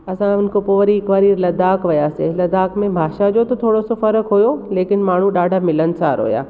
असां उन खो पोइ वरी हिकु वारी लद्दाख वियासीं लद्दाख में भाषा जो त थोरो सो फ़र्क़ु हुओ लेकिन माण्हू ॾाढा मिलणसारु हुआ